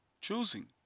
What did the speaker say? choosing